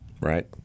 right